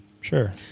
Sure